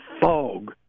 fog